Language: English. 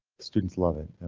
students love it.